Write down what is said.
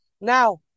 Now